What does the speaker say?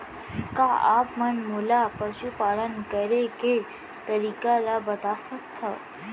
का आप मन मोला पशुपालन करे के तरीका ल बता सकथव?